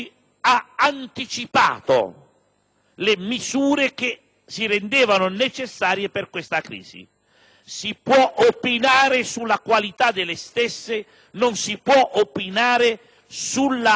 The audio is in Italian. Si può opinare sulla qualità delle stesse, ma non si può opinare sulla loro assoluta tempestività e forse anche sulla loro preveggenza.